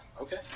okay